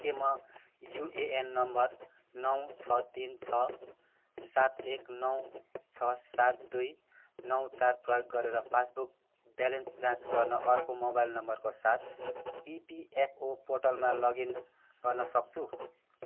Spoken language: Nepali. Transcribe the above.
के म युएएन नम्बर नौ छ तिन छ सात एक नौ छ सात दुई नौ चार प्रयोग गरेर पासबुक ब्यालेन्स जाँच गर्न अर्को मोबाइल नम्बरको साथ ई पी एफ ओ पोर्टलमा लगइन गर्न सक्छु